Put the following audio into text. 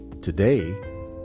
Today